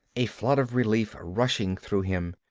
a flood of relief rushing through him.